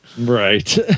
Right